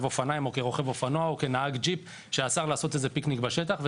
אופניים כרוכב אופנוע או כנהג ג'יפ שעצר לעשות פיקניק בשטח.